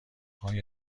آیا